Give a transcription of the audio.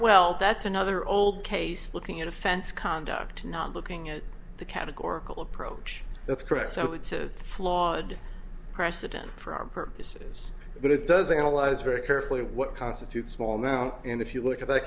well that's another old case looking at offense conduct not looking at the categorical approach that's correct so it's a flawed precedent for our purposes but it does analyze very carefully what constitutes small amount and if you look at th